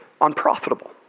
Unprofitable